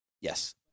Yes